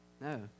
No